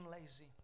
lazy